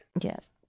Yes